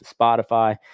Spotify